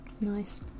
nice